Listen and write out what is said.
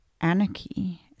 anarchy